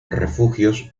refugios